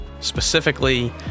Specifically